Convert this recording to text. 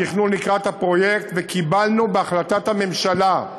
התכנון לקראת הפרויקט, וקיבלנו החלטת ממשלה,